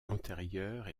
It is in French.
antérieurs